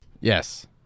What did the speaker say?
Yes